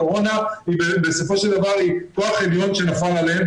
הקורונה בסופו של דבר היא כוח עליון שנפל עליהם,